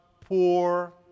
poor